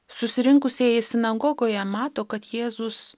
susirinkusieji sinagogoje mato kad jėzus